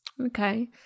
Okay